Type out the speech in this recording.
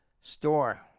store